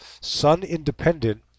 sun-independent